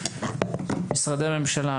למשרדי הממשלה,